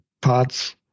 parts